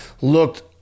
looked